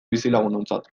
bizilagunontzat